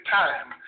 time